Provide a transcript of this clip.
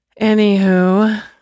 Anywho